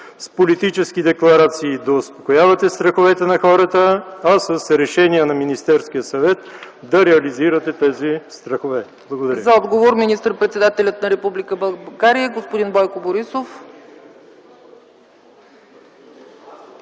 с политически декларации да успокоявате страховете на хората, а с решения на Министерския съвет да реализирате тези страхове?! Благодаря. ПРЕДСЕДАТЕЛ ЦЕЦКА ЦАЧЕВА: За отговор – министър-председателят на Република България господин Бойко Борисов.